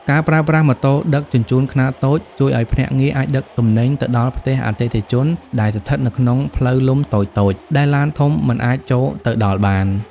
ការប្រើប្រាស់ "ម៉ូតូដឹកជញ្ជូនខ្នាតតូច" ជួយឱ្យភ្នាក់ងារអាចដឹកទំនិញទៅដល់ផ្ទះអតិថិជនដែលស្ថិតនៅក្នុងផ្លូវលំតូចៗ ដែលឡានធំមិនអាចចូលទៅដល់បាន។